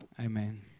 amen